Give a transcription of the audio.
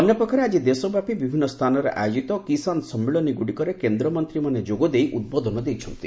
ଅନ୍ୟ ପକ୍ଷରେ ଆଜି ଦେଶବ୍ୟାପୀ ବିଭିନ୍ନ ସ୍ଥାନରେ ଆୟୋଜିତ କିଷାନ ସମ୍ମିଳନୀଗୁଡ଼ିକରେ କେନ୍ଦ୍ରମନ୍ତ୍ରୀମାନେ ଯୋଗଦେଇ ଉଦ୍ବୋଧନ ଦେଇଛନ୍ତି